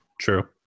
True